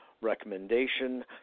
recommendation